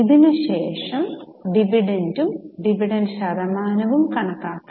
അതിനു ശേഷം ഡിവിഡന്റും ഡിവിഡന്റ് ശതമാനവും കാണിക്കണം